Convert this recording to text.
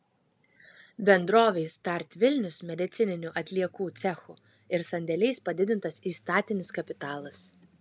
bendrovei start vilnius medicininių atliekų cechu ir sandėliais padidintas įstatinis kapitalas